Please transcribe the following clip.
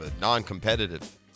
non-competitive